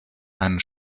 einen